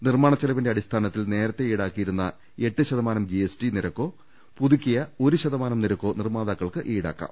നിർമാണച്ചെലവിന്റെ അടിസ്ഥാനത്തിൽ നേരത്തെ ഈടാ ക്കിയിരുന്ന എട്ട് ശതമാനം ജിഎസ്ടി നിരക്കോ പുതുക്കിയ ഒരു ശതമാനം നിരക്കോ നിർമാതാക്കൾക്ക് ഈടാക്കാം